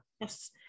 Yes